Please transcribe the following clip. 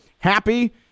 Happy